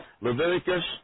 Leviticus